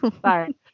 sorry